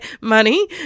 money